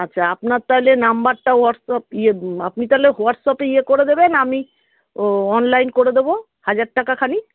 আচ্ছা আপনার তাহলে নম্বরটা হোয়াটসআপ ইয়ে আপনি তাহলে হোয়াটসআপে ইয়ে করে দেবেন আমি অনলাইন করে দেবো হাজার টাকা খানিক